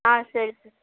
ஆ சரி சார்